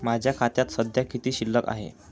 माझ्या खात्यात सध्या किती शिल्लक आहे?